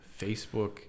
Facebook